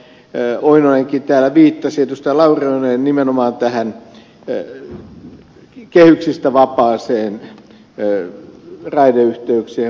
lauri oinonenkin täällä viittasi nimenomaan tämä kehyksistä vapaa raideyhteyksien ja muiden rakentaminen